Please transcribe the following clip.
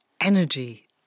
energy